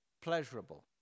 pleasurable